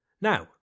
Now